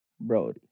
Brody